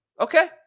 Okay